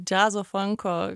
džiazo fanko